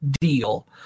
deal